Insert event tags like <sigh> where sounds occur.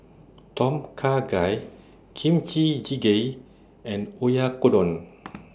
Tom Kha Gai Kimchi Jjigae and Oyakodon <noise>